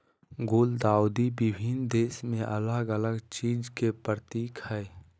गुलदाउदी विभिन्न देश में अलग अलग चीज के प्रतीक हइ